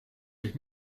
zich